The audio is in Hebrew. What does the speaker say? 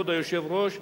כבוד היושב-ראש,